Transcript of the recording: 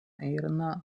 eina